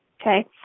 okay